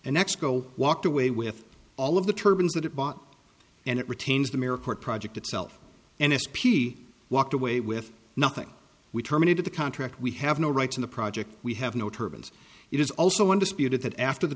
and exco walked away with all of the turbans that it bought and it retains the mirror court project itself and s p walked away with nothing we terminated the contract we have no rights in the project we have no turbans it is also one disputed that after the